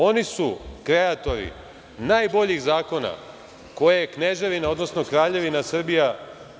Oni su kreatori najboljih zakona koje je kneževina, odnosno Kraljevina Srbija imala.